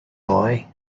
boy